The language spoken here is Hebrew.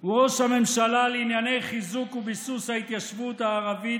הוא ראש הממשלה לענייני חיזוק וביסוס ההתיישבות הערבית